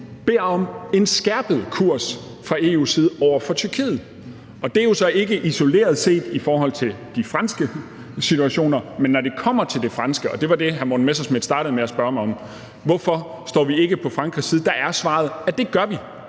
vi jo om en skærpet kurs fra EU's side over for Tyrkiet. Og det er jo altså ikke isoleret set i forhold til de franske situationer, men når det kommer til det franske, som var det, hr. Morten Messerschmidt startede med at spørge mig om, nemlig hvorfor vi ikke står på Frankrigs side, så er svaret dér, at det gør vi.